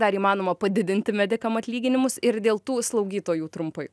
dar įmanoma padidinti medikam atlyginimus ir dėl tų slaugytojų trumpai